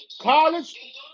College